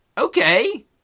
Okay